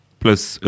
plus